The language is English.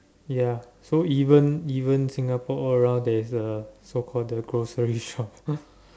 ya so even even Singapore all around there's a so called the grocery shop